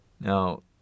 Now